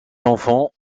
enfants